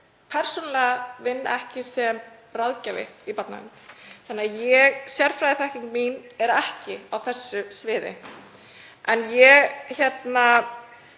persónulega vinn ekki sem ráðgjafi í barnavernd þannig að sérfræðiþekking mín er ekki á þessu sviði en ég vinn